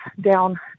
down